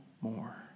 more